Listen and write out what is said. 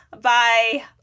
bye